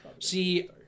See